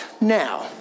now